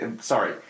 sorry